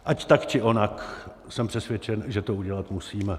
Ať tak či onak, jsem přesvědčen, že to udělat musíme.